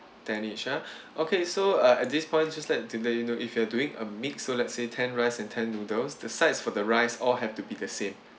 ten each ah okay so uh at this point just like to let you know if you are doing a mix so let's say ten rice and ten noodles the sides for the rice all have to be the same